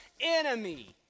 enemy